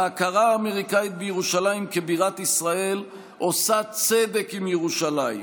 ההכרה האמריקאית בירושלים כבירת ישראל עושה צדק עם ירושלים,